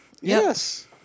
Yes